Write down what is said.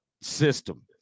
system